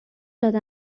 داده